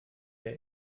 der